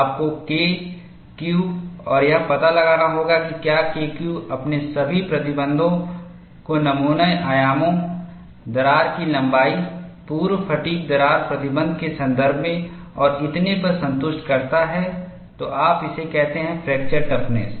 आपको K Q और यह पता लगाना होगा कि क्या K Q अपने सभी प्रतिबंधों को नमूना आयामों दरार की लंबाई पूर्व फ़ैटिग् दरार प्रतिबंध के संदर्भ में और इतने पर संतुष्ट करता है तो आप इसे कहते हैं फ्रैक्चरटफनेस